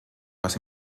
was